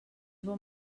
bon